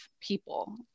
people